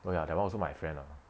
oh ya that [one] also my friend ah